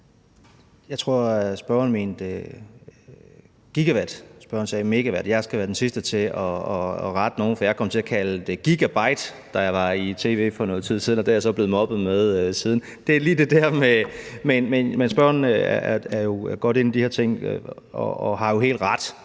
gigawatt; spørgeren sagde megawatt. Jeg skal være den sidste til at rette nogen, for jeg kom til at kalde det gigabyte, da jeg var i tv for noget tid siden, og det er jeg så blevet mobbet med siden. Men spørgeren er jo godt inde i de her ting og har jo helt ret